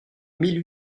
mille